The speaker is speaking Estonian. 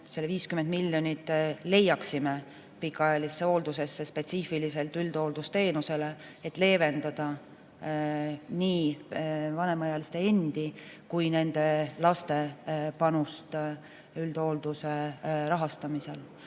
50 miljonit pikaajalisse hooldusesse, spetsiifiliselt üldhooldusteenusesse, et leevendada nii vanemaealiste endi kui ka nende laste panust üldhoolduse rahastamisel.